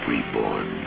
Reborn